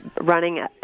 running